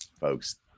folks